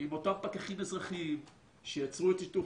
עם אותם פקחים אזרחיים שייצרו את שיתוף